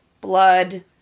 blood